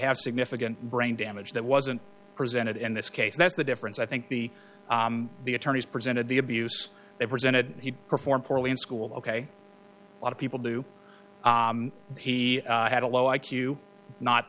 have significant brain damage that wasn't presented in this case that's the difference i think the the attorneys presented the abuse they presented he performed poorly in school ok a lot of people do he had a low i q not